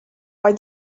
why